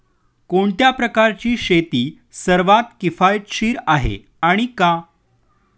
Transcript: कोणत्या प्रकारची शेती सर्वात किफायतशीर आहे आणि का?